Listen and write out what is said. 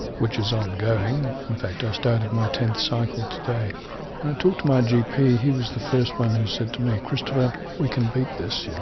which is ongoing, in fact i started my tenth cycle today. i talked to my gp, he was the first one who said to me, christopher, we can beat this you know,